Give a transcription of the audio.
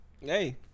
Hey